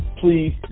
please